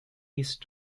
yeast